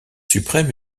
suprême